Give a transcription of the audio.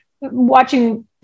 watching